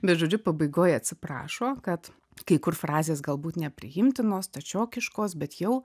bet žodžiu pabaigoj atsiprašo kad kai kur frazės galbūt nepriimtinos stačiokiškos bet jau